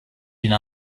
d’une